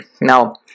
Now